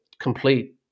complete